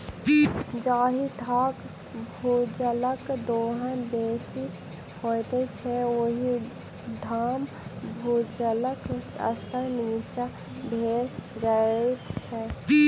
जाहि ठाम भूजलक दोहन बेसी होइत छै, ओहि ठाम भूजलक स्तर नीचाँ भेल जाइत छै